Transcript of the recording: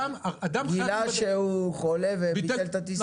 גילה שהוא חולה וביטל את הטיסה?